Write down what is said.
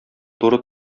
туры